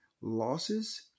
losses